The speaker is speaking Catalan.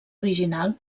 original